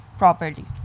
properly